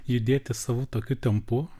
judėti savu tokiu tempu